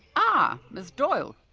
ah, ms doyle,